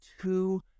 two